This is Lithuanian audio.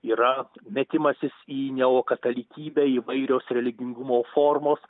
yra metimasis į neokatalikybę įvairios religingumo formos